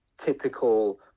typical